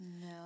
No